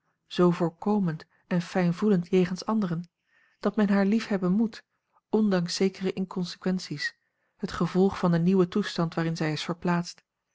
zoo voorkomend en fijn voelend jegens anderen dat men haar liefhebben moet ondanks zekere inconsequenties het gevolg van den nieuwen toestand waarin zij is verplaatst